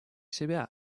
себя